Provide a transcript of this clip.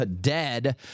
dead